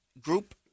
group